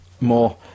more